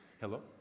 Hello